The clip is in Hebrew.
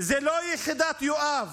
זה לא יחידת יואב